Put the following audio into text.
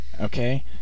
Okay